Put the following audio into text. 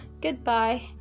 Goodbye